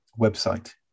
website